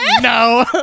no